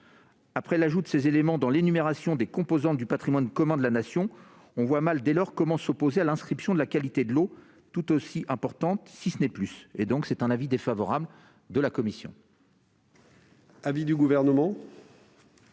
Après l'ajout de ces éléments dans l'énumération des composantes du patrimoine commun de la Nation, on voit mal comment s'opposer à l'inscription de la qualité de l'eau, tout aussi importante, si ce n'est plus. L'avis de la commission